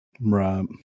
right